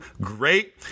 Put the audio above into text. great